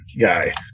guy